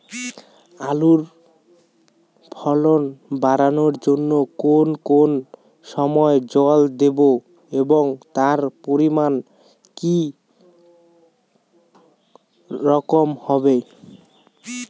আলুর ফলন বাড়ানোর জন্য কোন কোন সময় জল দেব এবং তার পরিমান কি রকম হবে?